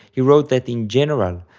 he wrote that in general,